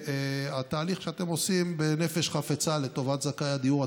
והתהליך שאתם עושים בנפש חפצה לטובת זכאי הדיור הציבורי,